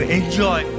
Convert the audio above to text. enjoy